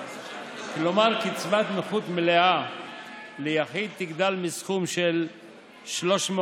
כלומר, קצבת נכות מלאה ליחיד תגדל מסכום של 3,321